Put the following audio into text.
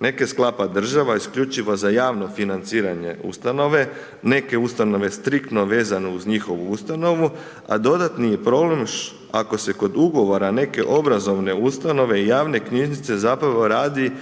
Neke sklapa država isključivo za javno financiranje ustanove, neke ustanove striktno vezane uz njihovu ustanovu a dodatni je problem ako se kod ugovora neke obrazovne ustanove i javne knjižnice .../Govornik se ne razumije./... radi